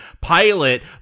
pilot